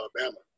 Alabama